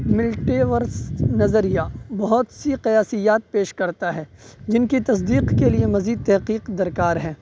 multi ورس نظریہ بہت سی قیاسیات پیش کرتا ہے جن کی تصدیق کے لیے مزید تحقیق درکار ہے